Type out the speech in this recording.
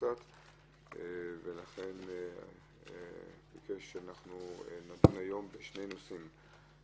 ולכן הוא ביקש שנדון היום בשני נושאים.